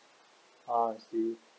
ah I see